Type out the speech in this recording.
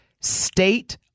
state